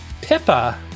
Pippa